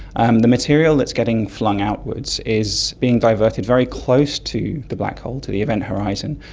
um the material that is getting flung outwards is being diverted very close to the black hole, to the event horizon,